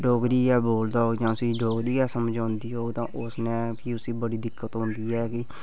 ते डोगरी गै बोलदा होग जा उसी डोगरी गै समझ औंदी होग ता उसने भी उसी बड़ी दिक्कत औंदी ऐ भी